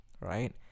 right